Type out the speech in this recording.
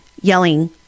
yelling